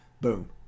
Boom